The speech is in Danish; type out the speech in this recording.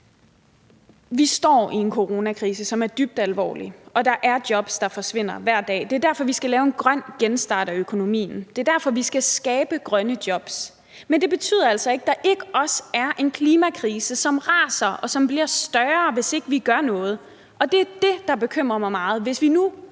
Vi står i en coronakrise, som er dybt alvorlig, og der er jobs, der forsvinder hver dag. Det er derfor, vi skal lave en grøn genstart af økonomien. Det er derfor, vi skal skabe grønne jobs. Men det betyder altså ikke, at der ikke også er en klimakrise, som raser, og som bliver større, hvis vi ikke gør noget. Det bekymrer mig meget, hvis vi nu